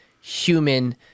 human